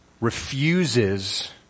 refuses